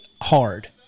hard –